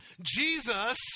Jesus